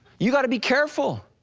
you gotta be careful.